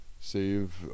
save